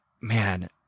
man